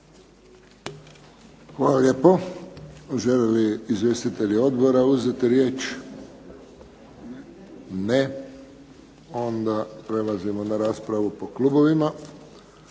Hvala lijepo. Žele li izvjestitelji odbora uzeti riječ? Ne. Onda prelazimo na raspravu po klubovima.